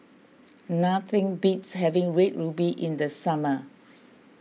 nothing beats having Red Ruby in the summer